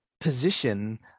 position